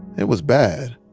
it was bad,